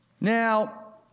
Now